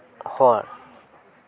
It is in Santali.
ᱦᱚᱲ